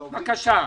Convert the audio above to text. יישר כוח.